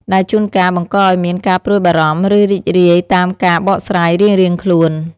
ដែលជួនកាលបង្កឱ្យមានការព្រួយបារម្ភ ឬរីករាយតាមការបកស្រាយរៀងៗខ្លួន។